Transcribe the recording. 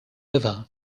river